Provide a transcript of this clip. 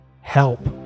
help